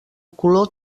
color